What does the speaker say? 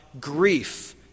grief